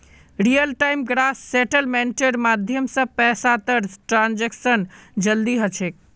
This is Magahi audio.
रियल टाइम ग्रॉस सेटलमेंटेर माध्यम स पैसातर ट्रांसैक्शन जल्दी ह छेक